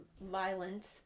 violent